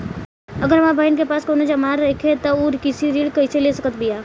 अगर हमार बहिन के पास कउनों जमानत नइखें त उ कृषि ऋण कइसे ले सकत बिया?